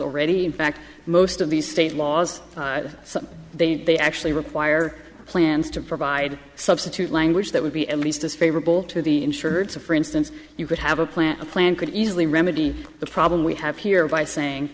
already in fact most of these state laws so they actually require plans to provide substitute language that would be at least as favorable to the insured so for instance you could have a plan a plan could easily remedy the problem we have here by saying